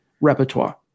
repertoire